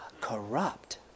corrupt